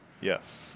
Yes